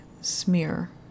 smear